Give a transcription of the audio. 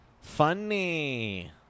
Funny